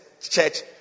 church